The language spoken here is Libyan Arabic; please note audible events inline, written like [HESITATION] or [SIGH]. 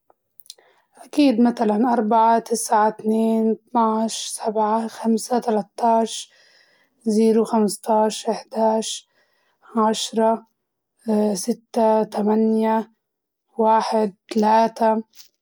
أكيد متلاً أربعة تسعة اثنين اثنا عشر، سبعة خمسة ثلاثة عشر زيرو خمسة عشر أحد عشر، عشرة [HESITATION] ستة ثمانية واحد ثلاثة.